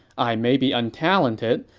i may be untalented,